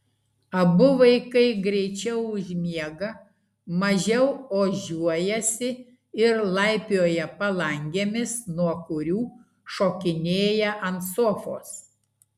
abu vaikai greičiau užmiega mažiau ožiuojasi ir laipioja palangėmis nuo kurių šokinėja ant sofos